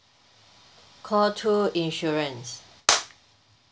call two insurance